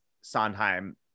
Sondheim